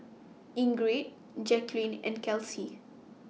Ingrid Jacqueline and Kelsea